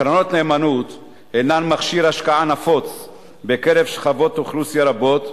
קרנות נאמנות הן מכשיר השקעה נפוץ בקרב שכבות אוכלוסייה רבות,